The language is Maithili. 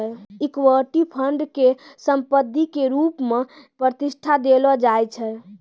इक्विटी फंड के संपत्ति के रुप मे प्रतिष्ठा देलो जाय छै